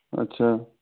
अच्छा